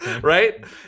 right